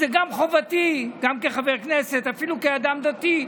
זו גם חובתי, גם כחבר כנסת, אפילו כאדם דתי,